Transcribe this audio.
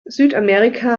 südamerika